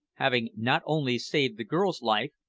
having not only saved the girl's life,